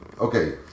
Okay